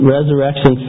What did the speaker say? Resurrection